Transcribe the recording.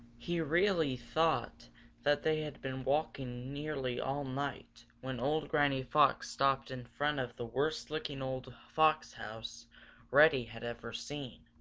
he really thought that they had been walking nearly all night when old granny fox stopped in front of the worst-looking old fox house reddy had ever seen.